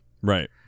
Right